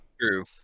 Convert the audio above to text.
True